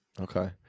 Okay